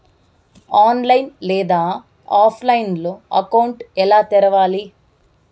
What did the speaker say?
online లేదా ఆఫ్లైన్లో account ఎలా తెరవాలి